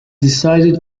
decided